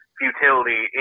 futility